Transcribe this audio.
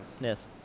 Yes